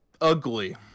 ugly